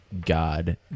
God